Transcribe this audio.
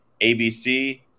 ABC